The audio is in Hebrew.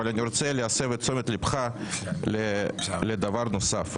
אבל אני רוצה להסב את תשומת ליבך לדבר נוסף,